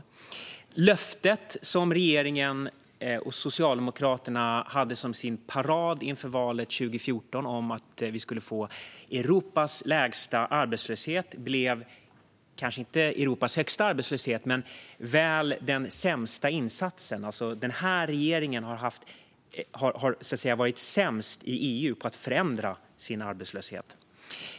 Inför valet 2014 hade Socialdemokraterna ett löfte som sin paroll, om att vi skulle få Europas lägsta arbetslöshet. Det blev kanske inte Europas högsta arbetslöshet men väl den sämsta insatsen. Denna regering har så att säga varit sämst i EU på att förändra sin arbetslöshet.